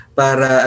para